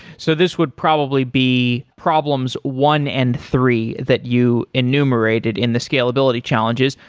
so this would probably be problems one and three that you enumerated in the scalability challenges.